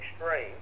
extreme